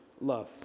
love